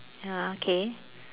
ya okay